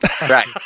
right